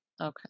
Okay